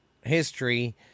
history